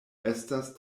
estas